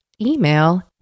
email